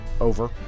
Over